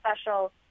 special